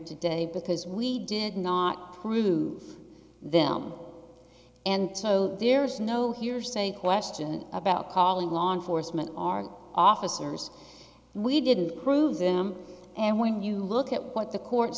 today because we did not prove them and so there's no hearsay question about calling law enforcement our officers we didn't prove them and when you look at what the court